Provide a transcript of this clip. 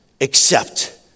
Accept